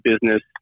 business